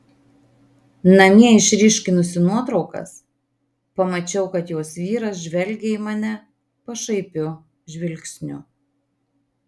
namie išryškinusi nuotraukas pamačiau kad jos vyras žvelgia į mane pašaipiu žvilgsniu